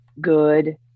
good